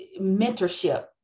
mentorship